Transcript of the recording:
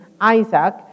Isaac